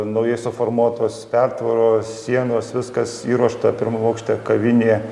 naujai suformuotos pertvaros sienos viskas įruošta pirmam aukšte kavinė